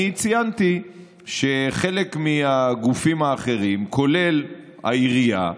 אני ציינתי שחלק מהגופים האחרים, כולל העירייה,